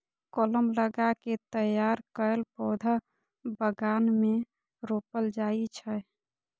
कलम लगा कें तैयार कैल पौधा बगान मे रोपल जाइ छै